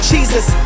Jesus